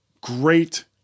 great